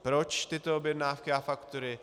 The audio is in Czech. Proč tyto objednávky a faktury?